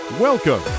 Welcome